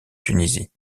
tunisie